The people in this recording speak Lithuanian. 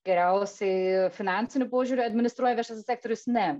geriausiai finansiniu požiūriu administruoja viešasis sektorius ne